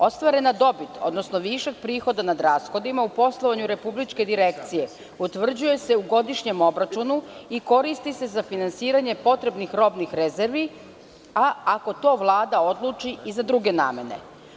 Ostvarena dobit, odnosno višak prihoda nad rashodima, u poslovanju Republičke direkcije utvrđuje se u godišnjem obračunu i koristi se za finansiranje potrebnih robnih rezervi, a ako to Vlada odluči i za druge namene.